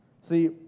See